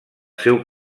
seu